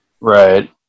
Right